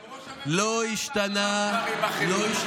גם ראש הממשלה אמר פעם דברים אחרים.